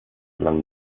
along